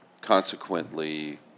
Consequently